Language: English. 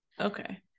Okay